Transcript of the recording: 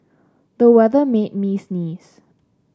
the weather made me sneeze